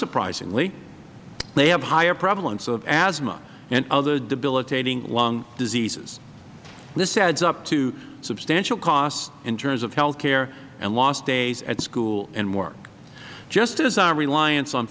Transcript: surprisingly they have higher prevalence of asthma and other debilitating lung diseases this adds up to substantial costs in terms of health care and lost days at school and work just as our reliance on